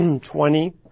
twenty